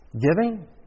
giving